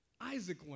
Isaac